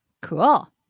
Cool